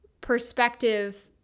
perspective